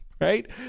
right